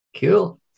Cool